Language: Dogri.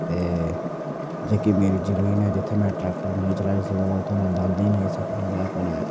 ते जेह्की मेरी जमीन ऐ जित्थै में ट्रैक्टर नेईं चलाई सकना उत्थै में दांदें ई लेई सकनां ते अपने